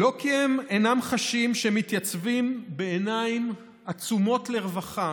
לא כי הם אינם חשים שהם מתייצבים בעיניים עצומות לרווחה